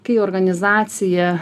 kai organizacija